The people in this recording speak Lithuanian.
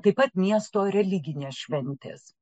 taip pat miesto religinės šventės